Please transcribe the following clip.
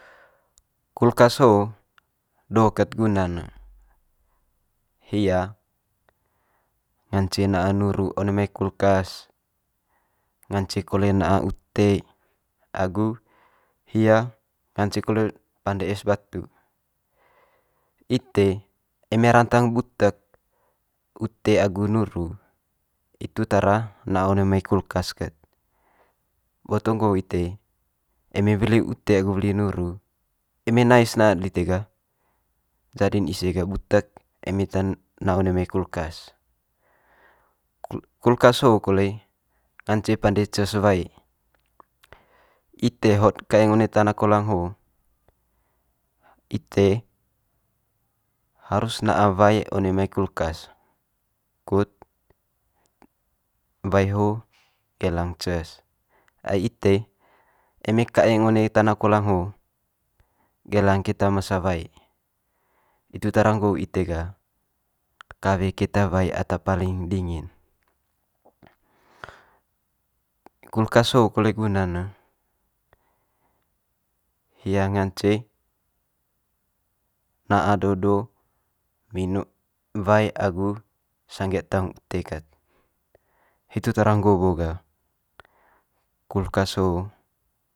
kulkas ho do ket guna ne, hia ngance na'a nuru one mai kulkas, ngance kole na'a ute agu hia ngance kole pande es batu. Ite eme rantang butek ute agu nuru itu tara na'a one mai kulkas ket boto nggo ite eme weli ute agu weli nuru eme nais na'ad lite ga jadi'n ise gah butek eme na one mai kulkas. Kul- kulkas ho'o kole ngance pande ces wae ite hot kaeng one tana kolang ho'o ite harus na'a wae one mai kulkas kut wae ho gelang ces, ai ite eme kaeng one tana kolang ho gelang keta masa wae. Itu tara nggo ite ga kawe keta wae ata paling dingin, kulkas ho kole guna'n ne hia ngance na'a do do wae agu sangge'd taung ute kat. Hitu tara nggo bo ga kulkas ho.